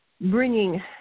bringing